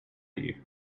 you